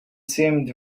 seemed